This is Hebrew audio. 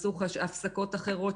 עשו הפסקות אחרות,